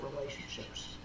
relationships